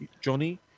Johnny